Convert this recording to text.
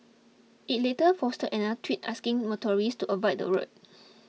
it later posted another tweet asking motorists to avoid the road